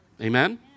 Amen